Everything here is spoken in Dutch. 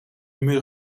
muur